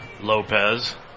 Lopez